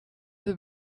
the